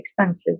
expenses